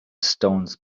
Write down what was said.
stones